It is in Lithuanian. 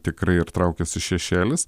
tikrai ir traukiasi šešėlis